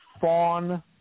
Fawn